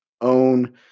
own